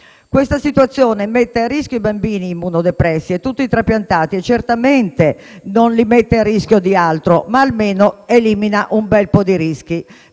Questa situazione mette a rischio i bambini immunodepressi e tutti i trapiantati; certamente non li mette a rischio di altro, ma almeno elimina parecchi rischi.